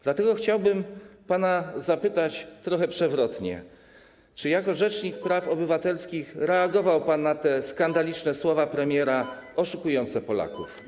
Dlatego chciałbym pana trochę przewrotnie zapytać, czy jako rzecznik praw obywatelskich reagował pan na te skandaliczne słowa premiera oszukujące Polaków.